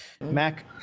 Mac